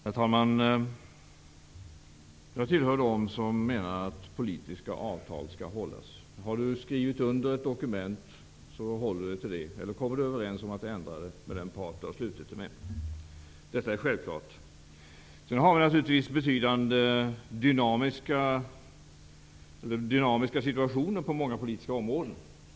Herr talman! Jag tillhör dem som menar att politiska avtal skall hållas. Har man skrivit under ett dokument så håller man sig till det eller också kommer man överens om att ändra det med den part som man har slutit avtalet med. Detta är självklart. Det finns naturligtvis en betydande dynamisk situation på många politiska områden.